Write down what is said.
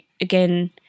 again